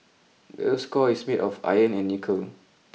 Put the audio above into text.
the earth's core is made of iron and nickel